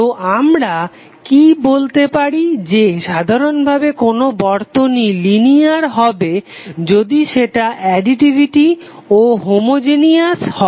তো আমরা কি বলতে পারি যে সাধারনভাবে কোনো বর্তনী লিনিয়ার হবে যদি সেটা অ্যাডিটিভিটি ও হোমোজেনেয়াস হয়